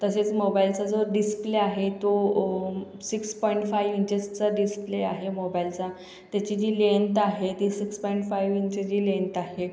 तसेच मोबाईलचा जो डिस्प्ले आहे तो ओ सिक्स पॉईंट फायू इंचेसचा डिस्प्ले आहे मोबाईलचा त्याची जी लेन्त आहे ती सिक्स पाईंट फायू इंचेस जी लेन्त आहे